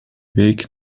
weg